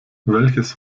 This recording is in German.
welches